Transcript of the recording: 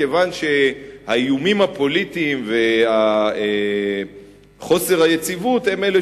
כיוון שהאיומים הפוליטיים וחוסר היציבות הם אלה